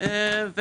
של 180 אלף שקל.